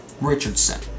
Richardson